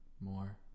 more